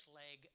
leg